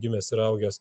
gimęs ir augęs